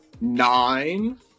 Nine